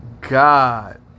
God